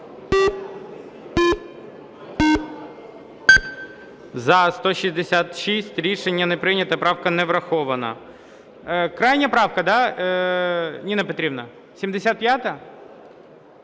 За-166 Рішення не прийнято. Правка не врахована. Крайня правка, да, Ніна Петрівна, 75-а?